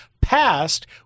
passed